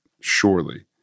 surely